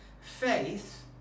Faith